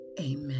Amen